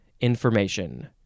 Information